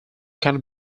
can